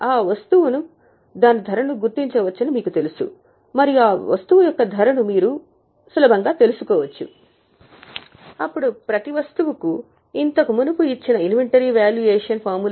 ఆ వస్తువును గుర్తించవచ్చని మీకు తెలుసు మరియు ఆ వస్తువు యొక్క ధరను మీరు తెలుసుకోవచ్చు